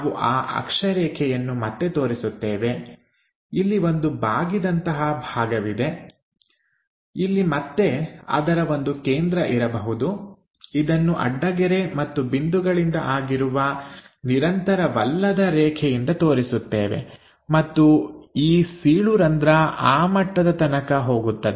ನಾವು ಆ ಅಕ್ಷರೇಖೆಯನ್ನು ಮತ್ತೆ ತೋರಿಸುತ್ತೇವೆ ಇಲ್ಲಿ ಒಂದು ಬಾಗಿದಂತಹ ಭಾಗವಿದೆ ಇಲ್ಲಿ ಮತ್ತೆ ಅದರ ಒಂದು ಕೇಂದ್ರ ಇರಬಹುದು ಇದನ್ನು ಅಡ್ಡಗೆರೆ ಮತ್ತು ಬಿಂದುಗಳಿಂದ ಆಗಿರುವ ನಿರಂತರವಲ್ಲದ ರೇಖೆಯಿಂದ ತೋರಿಸುತ್ತೇವೆ ಮತ್ತು ಈ ಸೀಳು ರಂಧ್ರ ಆ ಮಟ್ಟದ ತನಕ ಹೋಗುತ್ತದೆ